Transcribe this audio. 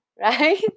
right